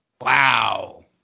Wow